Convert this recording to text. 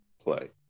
play